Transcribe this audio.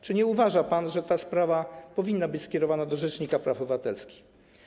Czy nie uważa pan, że ta sprawa powinna zostać skierowana do rzecznika praw obywatelskich?